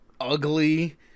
ugly